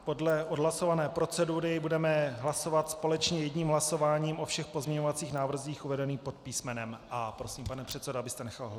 Podle odhlasované procedury budeme hlasovat společně jedním hlasováním o všech pozměňovacích návrzích uvedených pod písmenem A. Prosím, pane předsedo, abyste nechal hlasovat.